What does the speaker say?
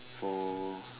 so